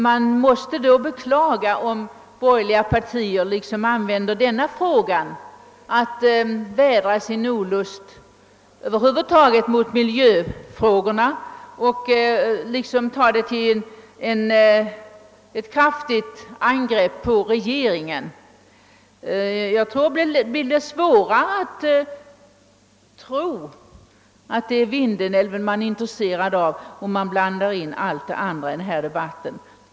Jag måste därför beklaga att borgerliga partier tycks använda tillfället till att vädra sin allmänna olust i miljöfrågorna och utnyttjar dessa till ett kraftigt angrepp mot regeringen. Det blir svårare att tro att det är Vindelälven de är intresserade av, om de blandar in allt möjligt annat i denna debatt.